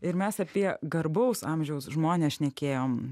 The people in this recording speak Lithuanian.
ir mes apie garbaus amžiaus žmones šnekėjom